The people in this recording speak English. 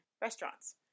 restaurants